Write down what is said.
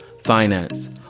finance